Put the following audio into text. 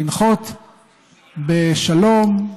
לנחות בשלום,